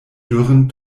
dürren